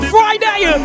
Friday